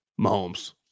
Mahomes